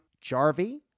Jarvie